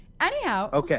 Anyhow